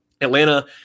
Atlanta